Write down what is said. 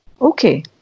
Okay